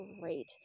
great